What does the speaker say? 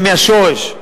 ומהשורש.